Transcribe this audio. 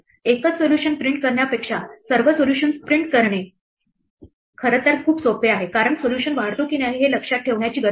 एकच solution print करण्यापेक्षा सर्व सोल्यूशन्स प्रिंट करणं खरं तर खूप सोपं आहे कारण सोल्यूशन वाढतो की नाही हे लक्षात ठेवण्याची गरज नाही